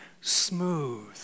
smooth